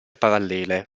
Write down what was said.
parallele